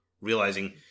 realizing